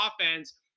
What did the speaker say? offense